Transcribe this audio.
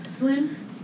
Slim